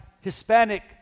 Hispanic